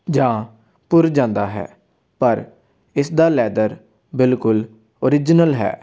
ਜਾਂ ਭੁਰ ਜਾਂਦਾ ਹੈ ਪਰ ਇਸ ਦਾ ਲੈਦਰ ਬਿਲਕੁਲ ਓਰਿਜ਼ਨਲ ਹੈ